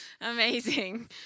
Amazing